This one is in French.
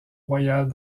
royales